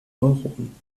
neuronen